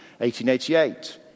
1888